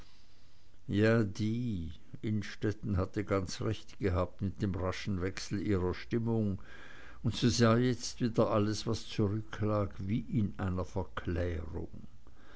ja die innstetten hatte ganz recht gehabt mit dem raschen wechsel ihrer stimmung und sie sah jetzt wieder alles was zurücklag wie in einer verklärung